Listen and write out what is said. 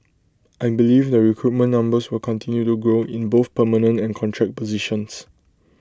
I believe the recruitment numbers will continue to grow in both permanent and contract positions